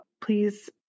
please